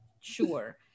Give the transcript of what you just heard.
sure